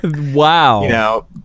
Wow